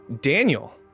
daniel